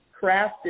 crafted